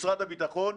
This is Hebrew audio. משרד הביטחון,